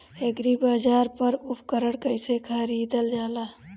एग्रीबाजार पर उपकरण कइसे खरीदल जाला?